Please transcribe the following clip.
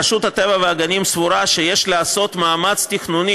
רשות הטבע והגנים סבורה שיש לעשות מאמץ תכנוני